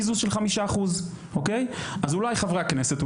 יש לנו קיזוז של 5%. אז חברי הכנסת,